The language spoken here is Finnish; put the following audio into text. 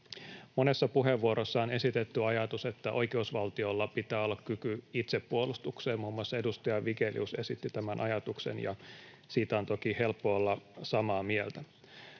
Monessa puheenvuorossa on esitetty ajatus, että oikeusvaltiolla pitää olla kyky itsepuolustukseen, muun muassa edustaja Vigelius esitti tämän ajatuksen, ja siitä on toki helppo olla samaa mieltä.